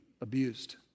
abused